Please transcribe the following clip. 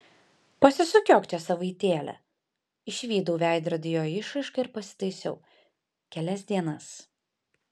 pasisukiok čia savaitėlę išvydau veidrodyje jo išraišką ir pasitaisiau kelias dienas